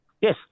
Yes